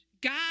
God